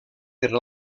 per